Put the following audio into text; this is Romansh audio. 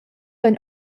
vein